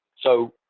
so